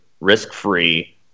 risk-free